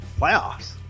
Playoffs